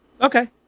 Okay